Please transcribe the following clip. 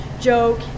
joke